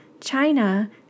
China